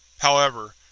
however,